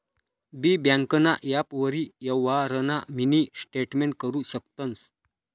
बी ब्यांकना ॲपवरी यवहारना मिनी स्टेटमेंट करु शकतंस